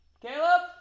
Caleb